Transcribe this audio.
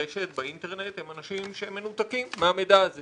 ברשת, באינטרנט, הם אנשים שמנותקים מהמידע הזה